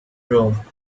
rome